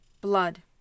blood